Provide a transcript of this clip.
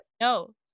No